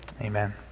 Amen